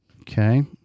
Okay